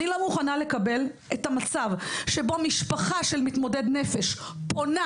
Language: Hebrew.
אני לא מוכנה לקבל את המצב שבו משפחה של מתמודד נפש פונה